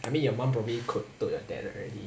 I mean your mum probably could told your dad already